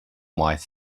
might